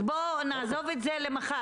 אז בואו ונעזוב את זה למחר.